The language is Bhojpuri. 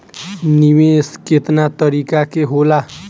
निवेस केतना तरीका के होला?